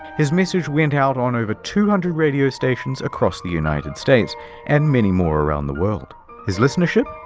his message went out on over two hundred radio stations across the united states and many more around the world. his listenership?